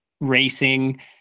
racing